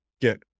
get